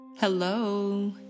Hello